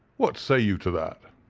what say you to that?